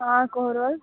हाँ कोहरोल